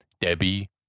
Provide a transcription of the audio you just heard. Debbie